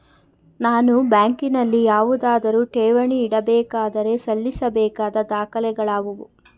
ನಾನು ಬ್ಯಾಂಕಿನಲ್ಲಿ ಯಾವುದಾದರು ಠೇವಣಿ ಇಡಬೇಕಾದರೆ ಸಲ್ಲಿಸಬೇಕಾದ ದಾಖಲೆಗಳಾವವು?